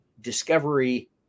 discovery